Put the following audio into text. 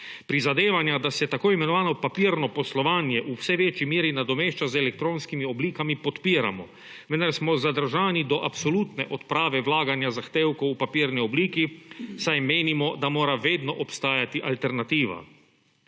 Prizadevanja, da se tako imenovano papirno poslovanje v vse večji meri nadomešča z elektronskimi oblikami, podpiramo, vendar smo zadržani do absolutne odprave vlaganja zahtevkov v papirni obliki, saj menimo, da mora vedno obstajati alternativa.